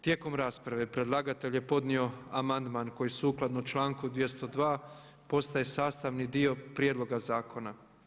Tijekom rasprave predlagatelj je podnio amandman koji sukladno članku 202. postaje sastavni dio prijedloga zakona.